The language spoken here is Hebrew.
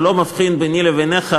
הוא לא מבחין ביני לבינך,